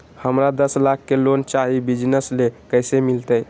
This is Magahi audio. हमरा दस लाख के लोन चाही बिजनस ले, कैसे मिलते?